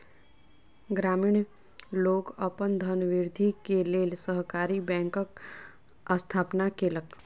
ग्रामीण लोक अपन धनवृद्धि के लेल सहकारी बैंकक स्थापना केलक